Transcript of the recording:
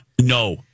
No